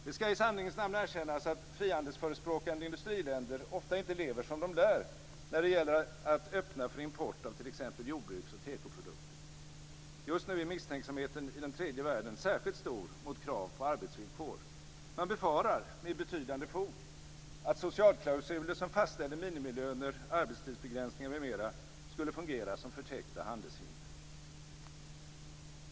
Det ska i sanningens namn erkännas att frihandelsförespråkande industriländer ofta inte lever som de lär när det gäller att öppna för import av t.ex. jordbruks och tekoprodukter. Just nu är misstänksamheten i den tredje världen särskilt stor mot krav på arbetsvillkor. Man befarar - med betydande fog - att socialklausuler som fastställer minimilöner, arbetstidsbegränsningar m.m. skulle fungera som förtäckta handelshinder.